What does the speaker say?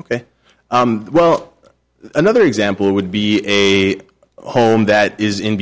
ok another example would be a home that is in